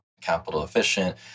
capital-efficient